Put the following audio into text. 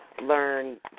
learn